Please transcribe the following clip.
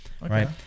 right